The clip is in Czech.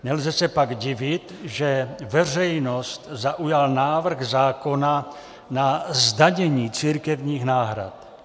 Nelze se pak divit, že veřejnost zaujal návrh zákona na zdanění církevních náhrad.